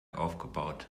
aufgebaut